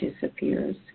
disappears